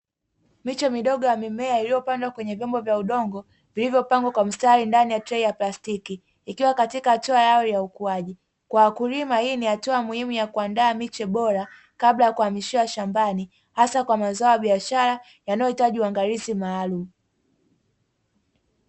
Miche midogo ya mimea iliyopandwa kwenye vyombo vya udongo vilivyopangwa kwa mstari ndani ya trei ya plastiki, ikiwa katika hatua ya awali ya ukuaji, kwa wakulima hii ni hatua muhimu ya kuandaa miche bora kabla ya kuhamishiwa shambani hasa kwa mazao ya biashara yanayohitaji uangalizi maalumu.